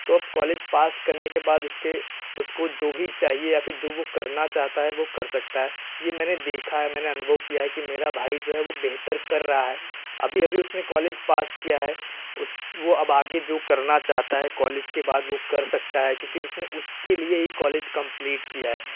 तो अब college pass करने के बाद उसके उसको जो भी चाहिए या फ़िर जो वह करना चाहता है वह कर सकता है यह मैंने देखा है मैंने अनुभव किया है कि मेरा भाई जो है वह बेहतर कर रहा है अभी अभी उसने कॉलेज पास किया है उस ओ अब आगे जो करना चाहता है कॉलेज के बाद वह कर सकता है क्योंकि उसने उसके लिए ही कॉलेज कंप्लीट किया है